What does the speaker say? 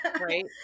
Right